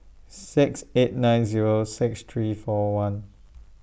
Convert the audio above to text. six eight nine Zero six three four one